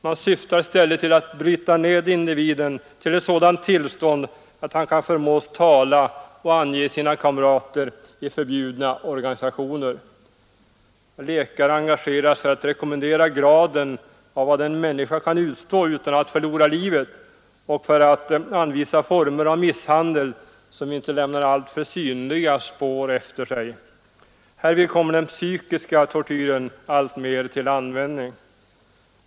Man syftar i stället till att bryta ned individen till ett sådant tillstånd att han kan förmås tala och ange sina kamrater i de förbjudna organisationerna. Läkare engageras för att rekommendera graden av vad en människa kan utstå utan att förlora livet och för att anvisa former av misshandel som inte lämnar alltför synliga spår efter sig. Härvid kommer den psykiska tortyren alltmer till användning.